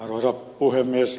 arvoisa puhemies